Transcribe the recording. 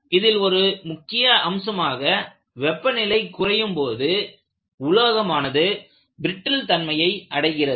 இதில் ஒரு முக்கிய அம்சமாக வெப்பநிலை குறையும்போது உலோகமானது பிரிட்டில் தன்மையை அடைகிறது